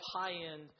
high-end